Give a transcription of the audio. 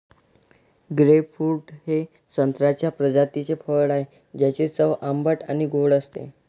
grapefruit हे संत्र्याच्या प्रजातीचे फळ आहे, ज्याची चव आंबट आणि गोड असते